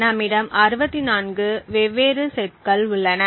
நம்மிடம் 64 வெவ்வேறு செட்கள் உள்ளன